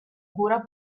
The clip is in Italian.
cura